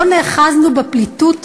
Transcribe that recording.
לא נאחזנו בפליטות הנצח,